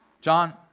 John